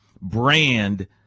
brand